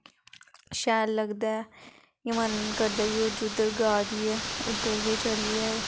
शैल लगदा ऐ मन करदा की जुद्दर गा दी ऐ उद्दर के चली जाए